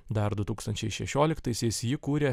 dar du tūkstančiai šešioliktaisiais jį kūrė